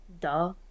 Duh